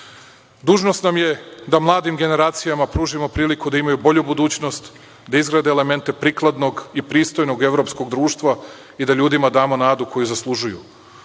plata. Dužnost nam je da mladim generacijama pružimo priliku da imaju bolju budućnost, da izgrade elemente prikladnog i pristojnog evropskog društva i da ljudima damo nadu koju zaslužuju.U